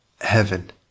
heaven